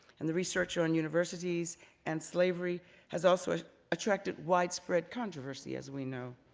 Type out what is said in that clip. and the research on universities and slavery has also attracted widespread controversy as we know,